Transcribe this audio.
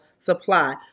Supply